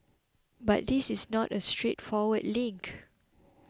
but this is not a straightforward link